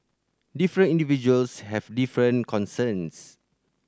different individuals have different concerns